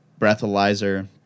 breathalyzer